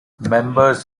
members